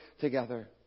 together